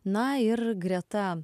na ir greta